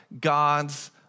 God's